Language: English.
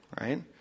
right